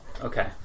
Okay